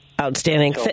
Outstanding